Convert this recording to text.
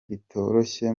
ritoroshye